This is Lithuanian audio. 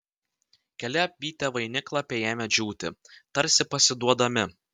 keli apvytę vainiklapiai ėmė džiūti tarsi pasiduodami